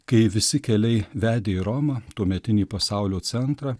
kai visi keliai vedė į romą tuometinį pasaulio centrą